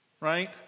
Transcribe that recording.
Right